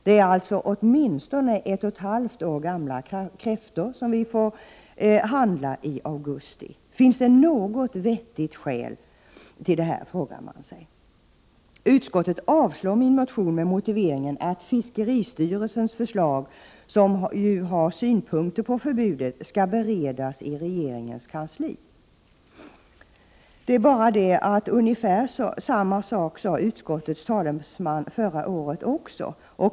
Det är alltså åtminstone ett och ett halvt år gamla kräftor som vi får handla i augusti. Finns det något vettigt skäl till detta, frågar man sig. 141 Utskottet avstyrker min motion med motiveringen att förslaget från 30 november 1988 fiskeristyrelsen, som har synpunkter på förbudet, skall beredas i regeringens Det är bara det att utskottets talesman sade ungefär samma sak förra året också.